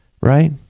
right